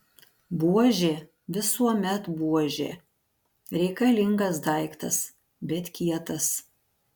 buožė visuomet buožė reikalingas daiktas bet kietas